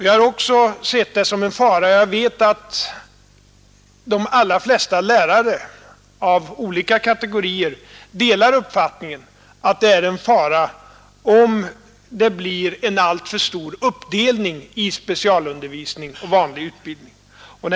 Jag har också sett det som en fara — och jag vet att de allra flesta lärare av olika kategorier delar uppfattningen att det är en fara — om det blir en alltför stor uppdelning i specialundervisning och i vanlig utbildning.